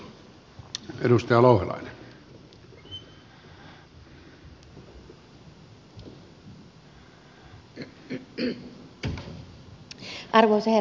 arvoisa herra puhemies